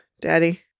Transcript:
Daddy